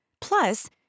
Plus